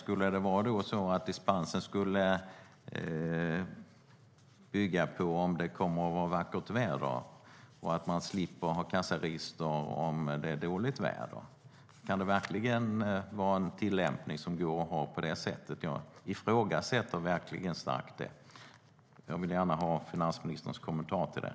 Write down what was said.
Om dispensen skulle bygga på vilket väder det kommer att vara och att man slipper ha kassaregister om det är dåligt väder, undrar jag om det verkligen går att ha en sådan tillämpning. Jag ifrågasätter det starkt. Jag vill gärna ha finansministerns kommentar på det.